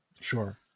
Sure